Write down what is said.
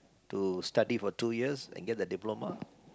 to study for two years and get the diploma